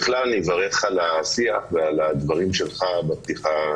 בכלל אני מברך על השיח ועל הדברים שלך בפתיחה,